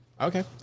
okay